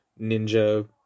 Ninja